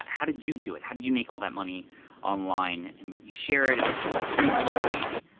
how did you do it? how did you make all that money online? and you share it it and and you just make it look so easy.